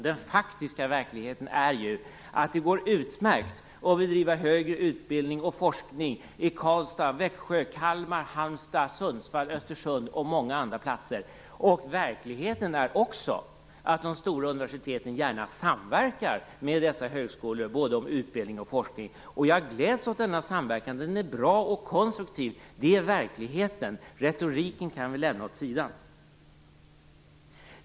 Den faktiska verkligheten är att det går utmärkt att bedriva högre utbildning och forskning i Karlstad, Växjö, Kalmar, Halmstad, Sundsvall, Östersund och på många andra platser. Verkligheten är också att de stora universiteten gärna samverkar med dessa högskolor både om utbildning och om forskning. Jag gläds åt denna samverkan. Den är bra och konstruktiv. Det är verkligheten. Retoriken kan vi lämna åt sidan.